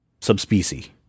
subspecies